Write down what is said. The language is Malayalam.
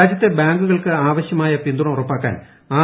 രാജ്യത്തെ ബാങ്കുകൾക്ക് അവശ്യമായ പിന്തുണ ഉറപ്പാക്കാൻ ആർ